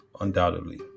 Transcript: undoubtedly